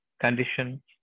condition